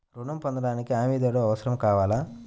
ఋణం పొందటానికి హమీదారుడు అవసరం కావాలా?